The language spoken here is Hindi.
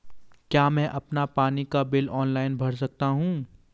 क्या मैं अपना पानी का बिल ऑनलाइन भर सकता हूँ?